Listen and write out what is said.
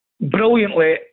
brilliantly